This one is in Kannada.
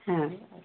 ಹಾಂ ಆಯಿತು